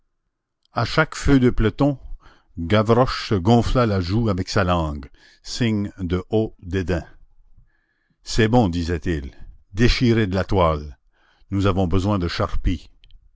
à chaque feu de peloton gavroche se gonflait la joue avec sa langue signe de haut dédain c'est bon disait-il déchirez de la toile nous avons besoin de charpie